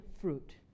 fruit